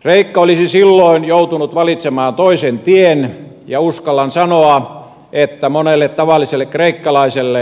kreikka olisi silloin joutunut valitsemaan toisen tien ja uskallan sanoa että monella tavallisella kreikkalaisella